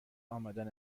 امدن